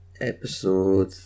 Episode